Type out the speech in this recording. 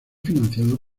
financiado